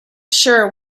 sure